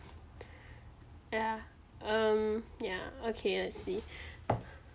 yeah um yeah okay let's see